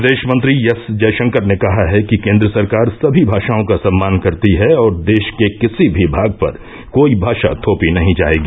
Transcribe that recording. विदेश मंत्री एस जयशंकर ने कहा है कि केन्द्र सरकार सभी भाषाओं का सम्मान करती हैं और देश के किसी भी भाग पर कोई भाषा थोपी नहीं जाएगी